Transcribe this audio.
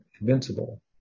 invincible